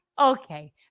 okay